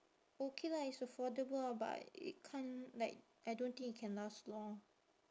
okay lah it's affordable ah but it can't like I don't think it can last long